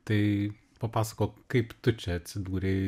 tai papasakok kaip tu čia atsidūrei